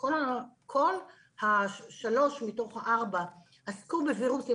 שכל השלוש מתוך ארבע המדעניות עסקו בווירוסים